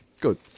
Good